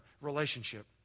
relationship